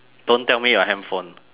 don't tell me your handphone